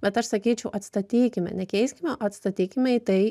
bet aš sakyčiau atstatykime ne keiskime o atstatykime į tai